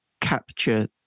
capture